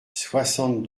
soixante